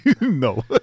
No